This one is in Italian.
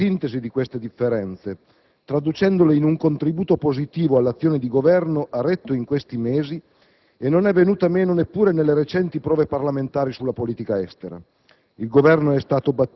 La capacità di fare sintesi di queste differenze, traducendole in un contributo positivo all'azione di Governo, ha retto in questi mesi e non è venuta meno neppure nelle recenti prove parlamentari sulla politica estera: